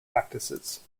practices